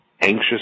anxious